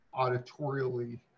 auditorially